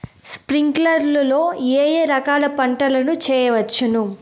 స్ప్రింక్లర్లు లో ఏ ఏ రకాల పంటల ను చేయవచ్చును?